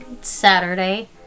saturday